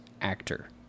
actor